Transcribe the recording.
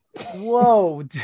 whoa